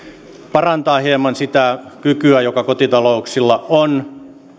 parantaa hieman sitä kykyä joka kotitalouksilla on